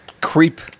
creep